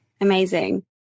Amazing